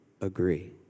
agree